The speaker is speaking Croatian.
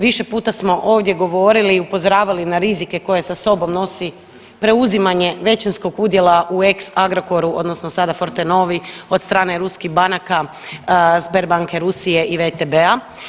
Više puta smo ovdje govorili i upozoravali na rizike koje sa sobom nosi preuzimanje većinskog udjela u ex Agrokoru, odnosno sada Fortenovi od strane ruskih banaka, Sberbanke Rusije i VTB-a.